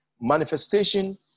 Manifestation